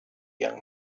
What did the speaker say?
young